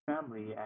family